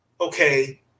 okay